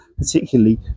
particularly